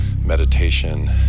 meditation